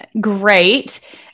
great